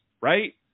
right